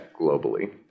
globally